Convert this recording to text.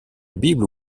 bible